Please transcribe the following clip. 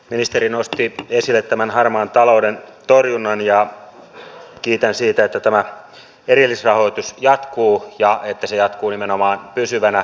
ministeri nosti esille harmaan talouden torjunnan ja kiitän siitä että tämä erillisrahoitus jatkuu ja että se jatkuu nimenomaan pysyvänä